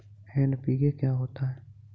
NPK क्या होता है?